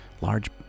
large